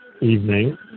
evening